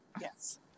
Yes